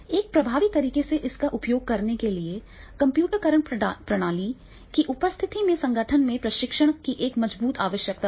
एक प्रभावी तरीके से इसका उपयोग करने के लिए कम्प्यूटरीकरण प्रणाली की उपस्थिति में संगठन में प्रशिक्षण की एक मजबूत आवश्यकता होगी